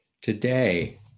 Today